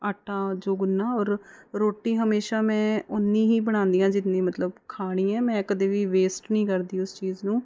ਆਟਾ ਜੋ ਗੁੰਨ੍ਹਾ ਔਰ ਰੋਟੀ ਹਮੇਸ਼ਾ ਮੈਂ ਓਨੀ ਹੀ ਬਣਾਉਂਦੀ ਹਾਂ ਜਿੰਨੀ ਮਤਲਬ ਖਾਣੀ ਹੈ ਮੈਂ ਕਦੇ ਵੀ ਵੇਸਟ ਨਹੀਂ ਕਰਦੀ ਉਸ ਚੀਜ਼ ਨੂੰ